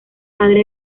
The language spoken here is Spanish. padre